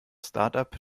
startup